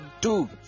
two